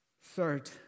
Third